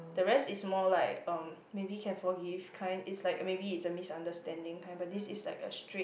the rest is more like um maybe can forgive kind is like maybe it's a misunderstanding kind but this is like a straight